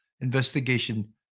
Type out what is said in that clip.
investigation